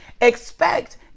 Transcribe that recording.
Expect